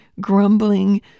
grumbling